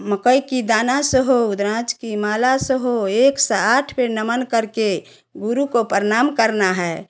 मकई के दाने से हो रुद्राक्ष की माला से हो एक सौ आठ बार नमन करके गुरु को प्रणाम करना है